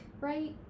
right